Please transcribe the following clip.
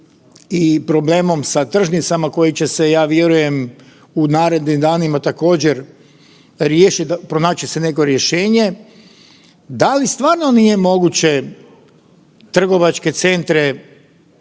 i problemom sa tržnicama koji će se, ja vjerujem, u narednim danima također riješit, pronaći će se neko rješenje, da li stvarno nije moguće trgovačke centre